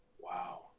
Wow